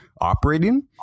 operating